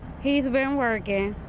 he's been working.